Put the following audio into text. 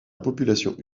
population